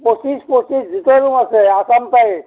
পঁচিছ পঁচিছ দুটা ৰূম আছে আসাম টাইপ